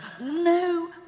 no